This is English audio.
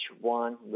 one